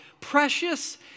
precious